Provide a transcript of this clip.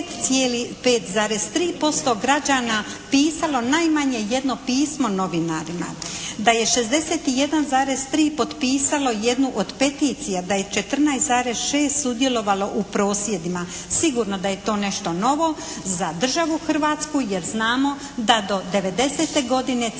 da je 5,3% građana pisalo najmanje jedno pismo novinarima, da je 61,3 potpisalo jednu od peticija, da je 14,6 sudjelovalo u prosvjedima. Sigurno da je to nešto novo za državu Hrvatsku jer znamo da do '90. godine civilno